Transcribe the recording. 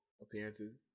appearances